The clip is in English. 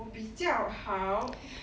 我比较好